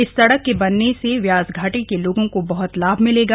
इस सड़क के बनने से व्यास घाटी के लोगों को बहत लाभ मिलेगा